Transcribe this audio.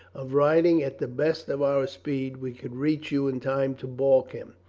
of riding at the best of our speed, we could reach you in time to balk him.